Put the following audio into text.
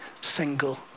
single